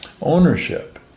Ownership